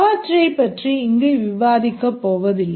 அவற்றைப் பற்றி இங்கு விவாதிக்கப் போவதில்லை